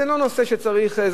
זה לא נושא שצריך,